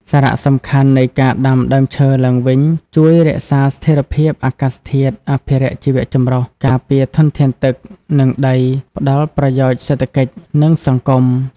សារៈសំខាន់នៃការដាំដើមឈើឡើងវិញជួយ រក្សាស្ថិរភាពអាកាសធាតុ អភិរក្សជីវៈចម្រុះ ការពារធនធានទឹក និងដី ផ្ដល់ប្រយោជន៍សេដ្ឋកិច្ច និងសង្គម។